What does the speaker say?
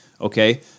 Okay